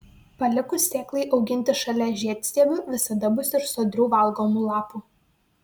palikus sėklai auginti šalia žiedstiebių visada bus ir sodrių valgomų lapų